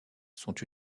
sont